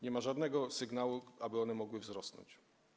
Nie ma żadnego sygnału, że one mogą wzrosnąć.